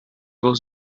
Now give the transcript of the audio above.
was